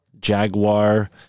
jaguar